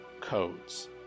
codes